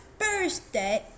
birthday